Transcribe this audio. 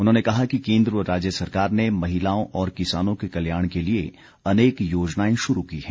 उन्होंने कहा कि केन्द्र व राज्य सरकार ने महिलाओं और किसानों के कल्याण के लिए अनेक योजनाए शुरू की हैं